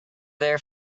there